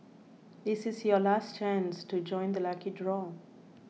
this is your last chance to join the lucky draw